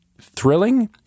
thrilling